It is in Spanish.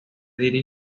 dirige